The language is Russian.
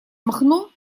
махно